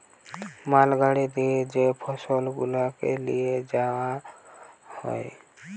মাল গাড়ি দিয়ে যে ফসল গুলাকে লিয়ে যাওয়া হয়